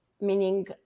meaning